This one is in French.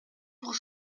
pour